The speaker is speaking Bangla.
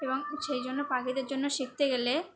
এবং সেই জন্য পাখিদের জন্য শিখতে গেলে